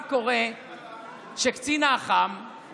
מה קורה כשקצין אח"ם,